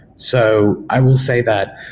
so i will say that,